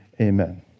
amen